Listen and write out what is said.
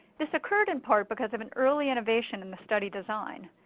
this occurred in part because of an early innovation in the study design.